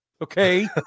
Okay